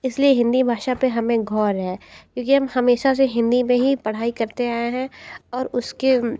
इसलिए हिंदी भाषा पे हमें गौर है क्योंकि हम हमेशा से हिंदी में ही पढ़ाई करते आएँ हैं और उसके